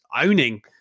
owning